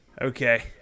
okay